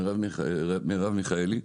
מירב מיכאלי,